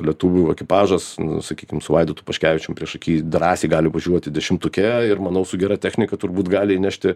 lietuvių ekipažas sakykim su vaidotu paškevičium priešaky drąsiai gali važiuoti dešimtuke ir manau su gera technika turbūt gali įnešti